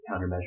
countermeasures